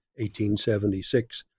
1876